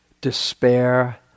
despair